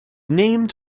named